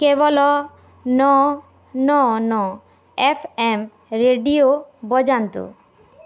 କେବଳ ନଅ ନଅ ନଅ ଏଫ ଏମ୍ ରେଡ଼ିଓ ବଜାନ୍ତୁ